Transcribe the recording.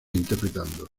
interpretando